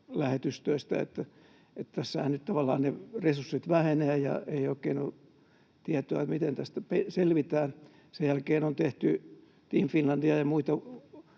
lähetystöistä, että tässähän nyt tavallaan ne resurssit vähenevät eikä oikein ole tietoa, miten tästä selvitään. Sen jälkeen on tehty Team Finlandia ja muita